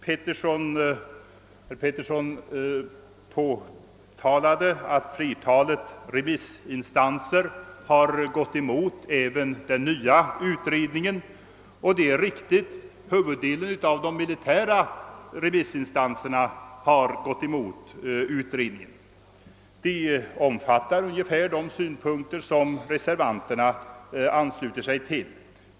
Herr Petersson påtalade, att flertalet remissinstanser har gått emot även den nya utredningen. Det är riktigt att huvuddelen av de militära remissinstanserna har gjort det. De företräder i stort sett de synpunkter som reservanterna har.